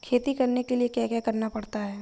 खेती करने के लिए क्या क्या करना पड़ता है?